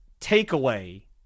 takeaway